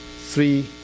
Three